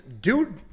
dude